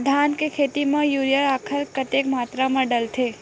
धान के खेती म यूरिया राखर कतेक मात्रा म डलथे?